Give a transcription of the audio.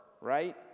right